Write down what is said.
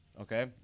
Okay